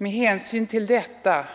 Med hänsyn till detta